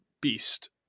Beast